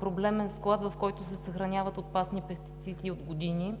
проблемен склад, в който се съхраняват опасни пестициди от години.